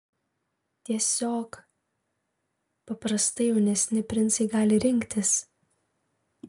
tiesiog paprastai jaunesni princai gali rinktis